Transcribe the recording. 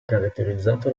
caratterizzato